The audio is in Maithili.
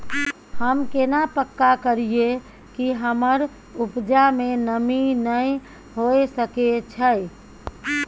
हम केना पक्का करियै कि हमर उपजा में नमी नय होय सके छै?